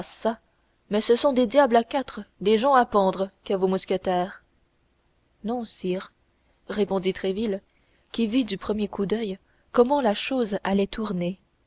mais ce sont des diables à quatre des gens à pendre que vos mousquetaires non sire répondit tréville qui vit du premier coup d'oeil comment la chose allait tourner